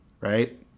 right